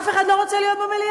אף אחד לא רוצה להיות במליאה.